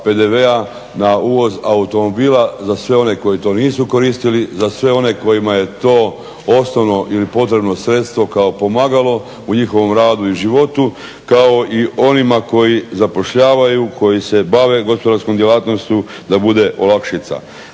na uvoz automobila za sve one koji to nisu koristili, za sve one kojima je to osnovno ili potrebno sredstvo kao pomagalo u njihovom radu i životu kao i onima koji zapošljavaju, koji se bave gospodarskom djelatnošću da bude olakšica.